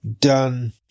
done